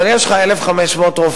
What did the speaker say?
אבל יש לך 1,500 רופאים,